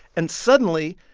and suddenly,